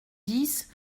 dix